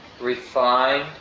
refined